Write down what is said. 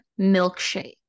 milkshake